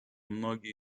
многие